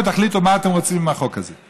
ותחליטו מה אתם רוצים מהחוק הזה.